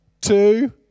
two